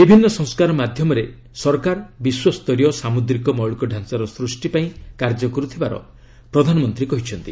ବିଭିନ୍ନ ସଂସ୍କାର ମାଧ୍ୟମରେ ସରକାର ବିଶ୍ୱସ୍ତରୀୟ ସାମୁଦ୍ରିକ ମୌଳିକ ଢାଞ୍ଚାର ସୃଷ୍ଟି ପାଇଁ କାର୍ଯ୍ୟ କରୁଥିବାର ପ୍ରଧାନମନ୍ତ୍ରୀ କହିଛନ୍ତି